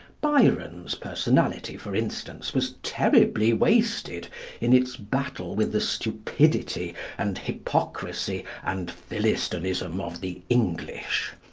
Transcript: byron's personality, for instance, was terribly wasted in its battle with the stupidity, and hypocrisy, and philistinism of the english.